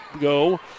go